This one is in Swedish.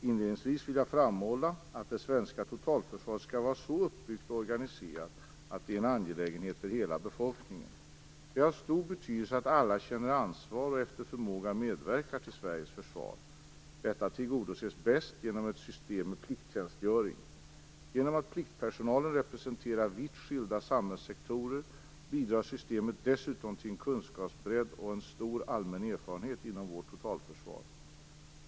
Inledningsvis vill jag framhålla att det svenska totalförsvaret skall vara så uppbyggt och organiserat att det är en angelägenhet för hela befolkningen. Det är av stor betydelse att alla känner ansvar och efter förmåga medverkar till Sveriges försvar. Detta tillgodoses bäst genom ett system med plikttjänstgöring. Genom att pliktpersonalen representerar vitt skilda samhällssektorer bidrar systemet dessutom till en kunskapsbredd och en stor allmän erfarenhet inom vårt totalförsvar.